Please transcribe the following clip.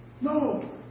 No